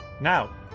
Now